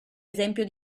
esempio